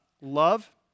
love